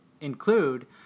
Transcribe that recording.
include